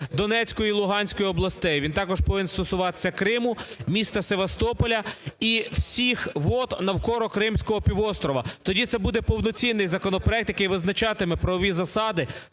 Донецької і Луганської областей, він також повинен стосуватися Криму, міста Севастополя і всіх вод навколо Кримського півострова. Тоді це буде повноцінний законопроект, який визначатиме правові засади